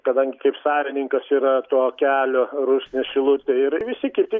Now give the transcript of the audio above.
kadangi kaip savininkas yra to kelio rusnė šilutė ir visi kiti